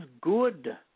good